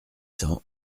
cents